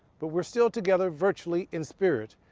but we're still together virtually in spirit,